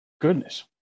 Goodness